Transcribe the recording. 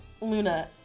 Luna